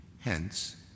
Hence